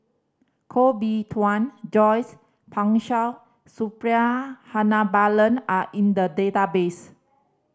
Koh Bee Tuan Joyce Pan Shou Suppiah Dhanabalan are in the database